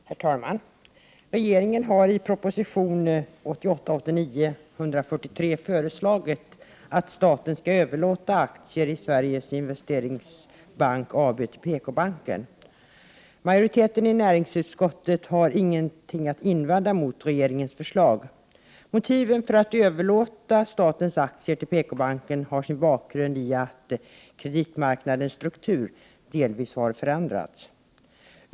Herr talman! Regeringen har i proposition 1988/89:143 föreslagit att staten skall överlåta aktier i Sveriges Investeringsbank AB till PKbanken. Majoriteten i näringsutskottet har inget att invända mot regeringens förslag. 929 Motiven för att överlåta statens aktier till PKbanken har sin bakgrund i att kreditmarknadens struktur har delvis förändrats.